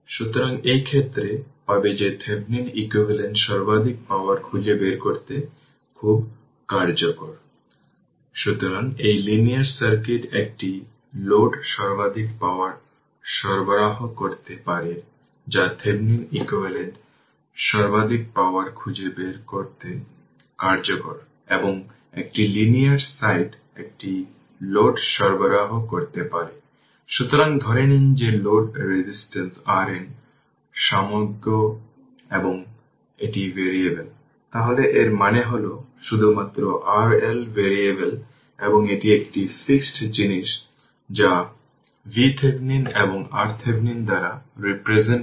সুতরাং ক্যাপাসিটর ইন্ডাক্টরগুলিও প্যাসিভ উপাদান কারণ তারা নিজেরাই পাওয়ার উৎপন্ন করতে পারে না তাদের পাওয়ার ক্যাপাসিটরে সঞ্চয় করতে পারে বা ইন্ডাক্টর ও পুনরুদ্ধার করতে পারে তার মানে অন্যভাবে কখনও কখনও বলুন যে তাদের মেমরি আছে কারণ তারা পাওয়ার সঞ্চয় করতে পারে